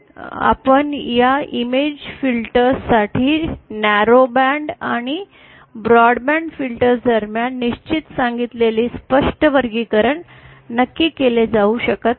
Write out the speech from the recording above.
आपण या image filters साठी न्यारो बँड आणि ब्रॉड बँड फिल्टर्स दरम्यान निश्चितपणे सांगितलेले स्पष्ट वर्गीकरण नक्की केले जाऊ शकत नाही